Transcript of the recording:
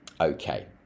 Okay